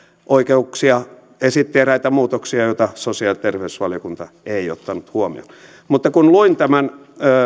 oikeuksia esitti eräitä muutoksia joita sosiaali ja terveysvaliokunta ei ottanut huomioon mutta kun luin tämän